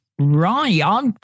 Right